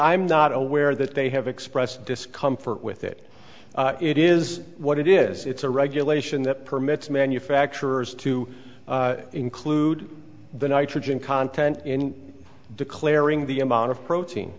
i'm not aware that they have expressed discomfort with it it is what it is it's a regulation that permits manufacturers to include the nitrogen content in declaring the amount of protein